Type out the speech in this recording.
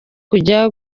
kujya